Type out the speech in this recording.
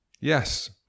Yes